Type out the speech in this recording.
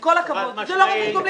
עם כל הכבוד, זה לא רכש גומלין.